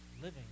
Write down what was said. living